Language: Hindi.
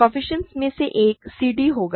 कोएफ़िशिएंट्स में से एक c d होगा